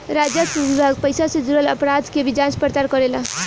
राजस्व विभाग पइसा से जुरल अपराध के भी जांच पड़ताल करेला